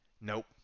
Nope